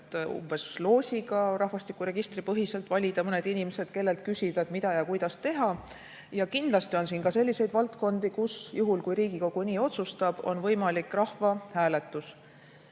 et näiteks loosiga rahvastikuregistripõhiselt valida mõned inimesed, kellelt küsida, mida ja kuidas teha. Kindlasti on siin ka selliseid valdkondi, kus, juhul kui Riigikogu nii otsustab, on võimalik rahvahääletus.